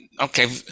okay